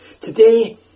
Today